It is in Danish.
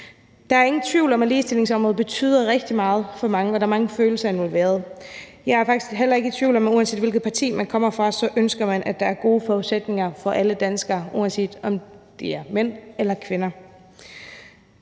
Der er ingen tvivl om, at ligestillingsområdet betyder rigtig meget for mange, og at der er mange følelser involveret. Jeg er faktisk heller ikke i tvivl om, at uanset hvilket parti man kommer fra, ønsker man, at der er gode forudsætninger for alle danskere, uanset om det er mænd eller kvinder.